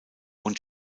und